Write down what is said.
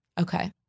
okay